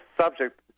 subject